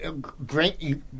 Great